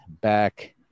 back